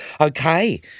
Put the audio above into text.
Okay